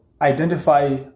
identify